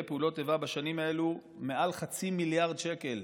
פעולות איבה בשנים האלה מעל 0.5 מיליארד שקל.